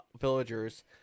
villagers